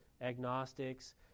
agnostics